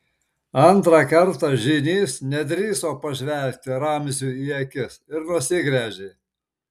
antrą kartą žynys nedrįso pažvelgti ramziui į akis ir nusigręžė